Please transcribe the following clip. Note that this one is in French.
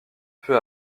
peu